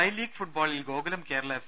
I League ഫുട്ബോളിൽ Gokulam Kerala F